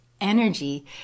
energy